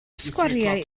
sgwariau